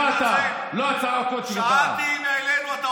אם העלינו את זה,